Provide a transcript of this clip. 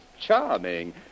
Charming